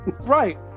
Right